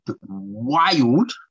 wild